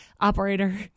Operator